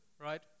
right